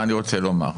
מה אני רוצה לומר?